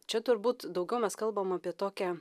čia turbūt daugiau mes kalbam apie tokią